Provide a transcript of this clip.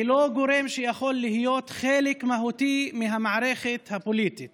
ולא גורם שיכול להיות חלק מהותי מהמערכת הפוליטית